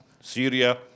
Syria